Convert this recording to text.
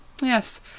Yes